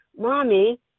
Mommy